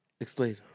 Explain